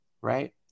right